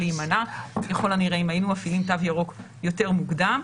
להימנע ככל הנראה אם היינו מפעילים תו ירוק יותר מוקדם.